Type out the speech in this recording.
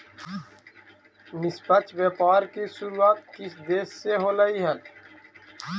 निष्पक्ष व्यापार की शुरुआत किस देश से होलई हल